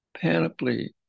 panoply